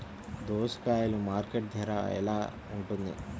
దోసకాయలు మార్కెట్ ధర ఎలా ఉంటుంది?